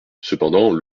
cependant